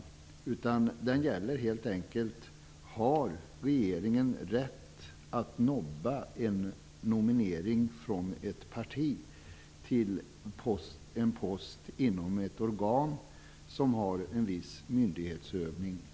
Debatten gäller helt enkelt frågan om regeringen har rätt eller inte att nobba en nominering från ett parti till en post inom ett organ med en viss myndighetsutövning.